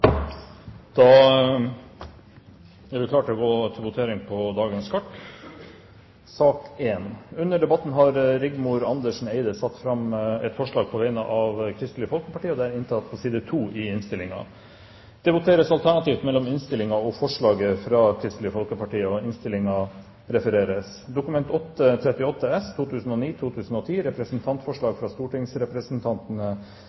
da til votering. Under debatten har Rigmor Andersen Eide satt fram et forslag på vegne av Kristelig Folkeparti. Forslaget lyder: «Stortinget ber regjeringen aktivt bidra til at heleide og deleide statlige selskaper ikke etablerer seg i skatteparadiser.» Det voteres alternativt mellom dette forslaget og innstillingen fra